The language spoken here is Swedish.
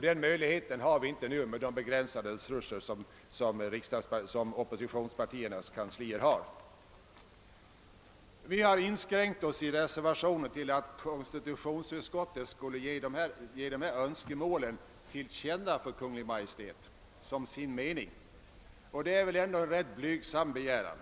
Den möjligheten har vi inte nu med de begränsade resurser som oppositionspartiernas kanslier förfogar över. Vi har i reservationen inskränkt oss till att hemställa att riksdagen skall ge Kungl. Maj:t dessa önskemål till känna som sin mening, och det är väl en rätt blygsam begäran.